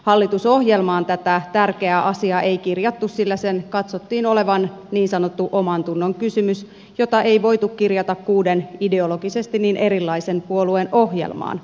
hallitusohjelmaan tätä tärkeää asiaa ei kirjattu sillä sen katsottiin olevan niin sanottu omantunnonkysymys jota ei voitu kirjata kuuden ideologisesti niin erilaisen puolueen ohjelmaan